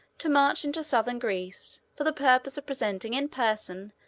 to march into southern greece, for the purpose of presenting in person,